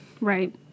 Right